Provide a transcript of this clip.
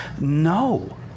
no